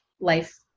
life